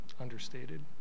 understated